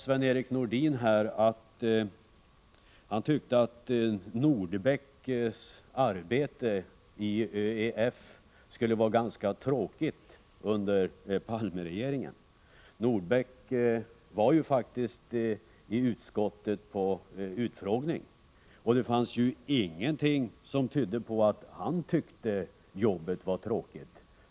Sven-Erik Nordin sade att han tyckte att Gunnar Nordbecks arbete i ÖEF skulle vara ganska tråkigt under Palmeregeringen. Gunnar Nordbeck var faktiskt i utskottet på utfrågning. Ingenting tydde emellertid på att han tyckte att jobbet var tråkigt.